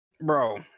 bro